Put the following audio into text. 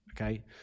okay